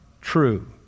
true